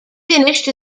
finished